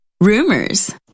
rumors